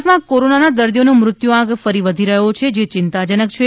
ગુજરાતમાં કોરોનાના દર્દીઓનો મૃત્યુ આંક ફરી વધી રહ્યો છે જે ચિંતાજનક છે